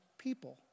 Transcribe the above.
people